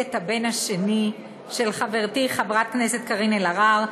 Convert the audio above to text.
הולדת הבן השני של חברתי חברת הכנסת קארין אלהרר,